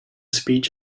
speech